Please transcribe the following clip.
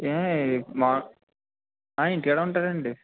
ఏ marks అడుగుతుంటే ఇంటికడే ఉంటాడండి